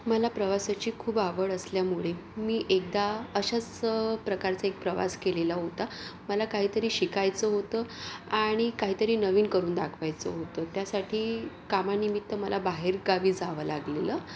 मला प्रवासाची खूप आवड असल्यामुळे मी एकदा अशाच प्रकारचा एक प्रवास केलेला होता मला काहीतरी शिकायचं होतं आणि काहीतरी नवीन करून दाखवायचं होतं त्यासाठी कामानिमित्त मला बाहेरगावी जावं लागलेलं